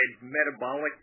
metabolic